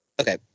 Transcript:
Okay